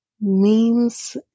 memes